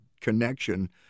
connection